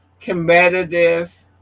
competitive